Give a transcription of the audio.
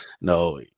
no